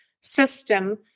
system